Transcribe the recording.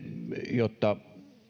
jotta